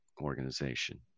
organization